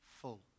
full